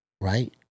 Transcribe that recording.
right